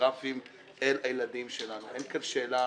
פורנוגרפיים אל הילדים שלנו, אין כאן שאלה.